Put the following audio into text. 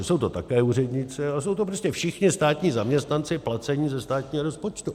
Jsou to také úředníci, ale jsou to prostě všichni státní zaměstnanci placení ze státního rozpočtu.